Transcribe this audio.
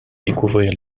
découvrir